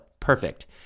Perfect